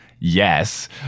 Yes